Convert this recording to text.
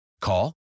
Call